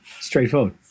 Straightforward